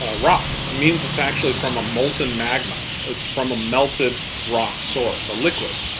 ah rock. it means it's actually from a molten magma. it's from a melted rock source. a liquid.